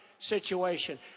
situation